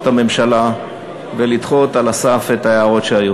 הממשלה ולדחות על הסף את ההערות שהיו.